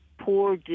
poor